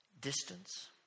distance